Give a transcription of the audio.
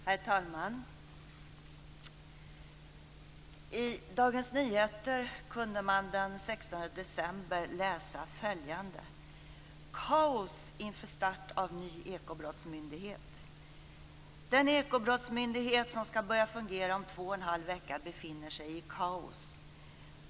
Herr talman! I Dagens Nyheter kunde man den 16 december läsa följande: "Kaos inför start av ny ekobrottsmyndighet. Den ekobrottsmyndighet som ska börja fungera om två och en halv vecka befinner sig i kaos.